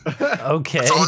okay